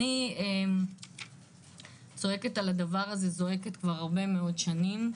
אני זועקת על הדבר זה כבר הרבה מאוד שנים.